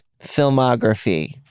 filmography